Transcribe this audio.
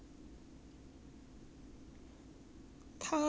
它通常是在草那边走 lor